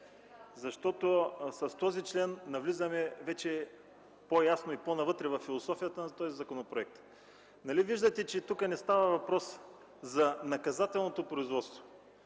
казахте. С този член навлизаме вече по-ясно и по-навътре във философията на законопроекта. Нали виждате, че тук не става въпрос за наказателното производство,